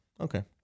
okay